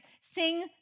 Sing